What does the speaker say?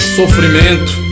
sofrimento